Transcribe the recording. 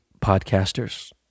podcasters